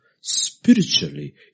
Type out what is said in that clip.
spiritually